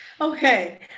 Okay